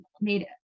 made